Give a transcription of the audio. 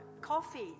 coffee